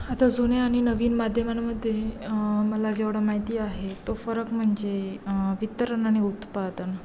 आता जुने आणि नवीन माध्यमांमध्ये मला जेवढं माहिती आहे तो फरक म्हणजे वितरण आणि उत्पादन